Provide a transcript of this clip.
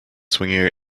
swinging